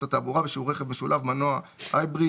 התעבורה ושהוא רכב משולב מנוע (hybrid),